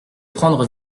prendre